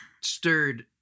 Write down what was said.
stirred